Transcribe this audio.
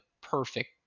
perfect